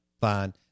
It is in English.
fine